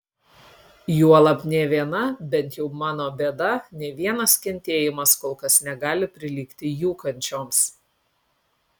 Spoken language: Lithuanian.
juolab nė viena bent jau mano bėda nė vienas kentėjimas kol kas negali prilygti jų kančioms